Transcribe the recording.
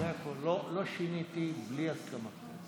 לא שיניתי בלי הסכמה.